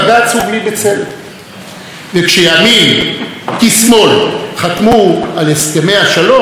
ושימין כשמאל חתמו על הסכמי השלום ויצאו למלחמות.